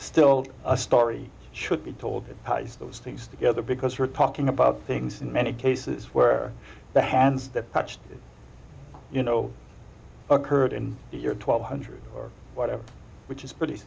still a story should be told that those things together because we're talking about things in many cases where the hands that touched you know occurred in the year twelve hundred or whatever which is pretty